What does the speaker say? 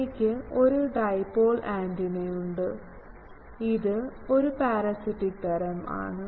എനിക്ക് ഒരു ഡൈപോൾ ആന്റിനയുണ്ട് ഇത് ഒരു പരാസിറ്റിക് തരം ആണ്